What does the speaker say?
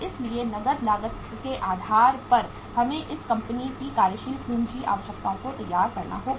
इसलिए नकद लागत के आधार पर हमें इस कंपनी की कार्यशील पूंजी आवश्यकताओं को तैयार करना होगा